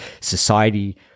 society